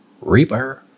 Reaper